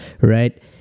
right